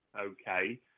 okay